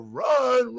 run